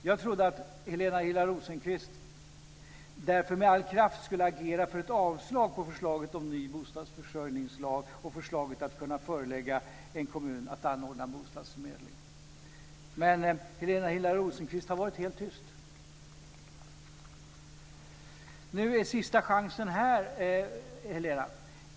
Jag trodde att Helena Hillar Rosenqvist därför med all kraft skulle agera för ett avslag på förslaget om ny bostadsförsörjningslag och förslaget att kunna förelägga en kommun att anordna en bostadsförmedling. Men Helena Hillar Rosenqvist har varit helt tyst. Nu är sista chansen här, Helena.